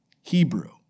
Hebrew